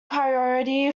priority